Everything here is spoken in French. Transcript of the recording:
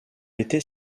était